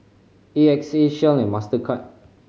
A X A Shell and Mastercard